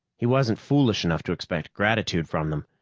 he wasn't foolish enough to expect gratitude from them,